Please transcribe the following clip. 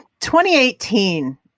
2018